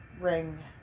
Ring